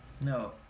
No